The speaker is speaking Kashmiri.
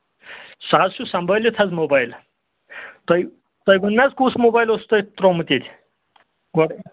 سُہ حظ چھُ سَمبٲلِتھ حظ موبایِل تُہۍ ؤنِو حظ کُس موبایِل اوس تۄہہِ ترٛوومُت ییٚتہِ گۄڈَے